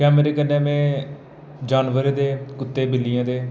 कैमरे कन्नै में जानवरें दे कुत्ते बिल्लियें दे